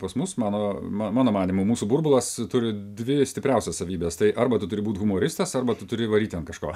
pas mus mano mano manymu mūsų burbulas turi dvi stipriausias savybes tai arba tu turi būt humoristas arba tu turi varyti ant kažko